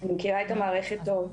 אני מכירה את המערכת טוב.